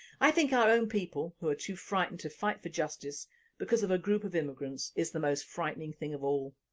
i think our own people, who are too frightened to fight for justice because of a group of immigrants is the most frightening thing of all,